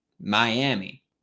Miami